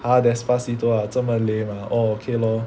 !huh! Despacito ah 这么 lame ah oh okay lor